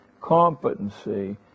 competency